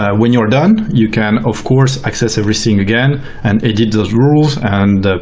when you're done, you can, of course, access everything again, and edit those rules, and